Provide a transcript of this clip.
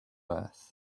earth